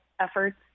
efforts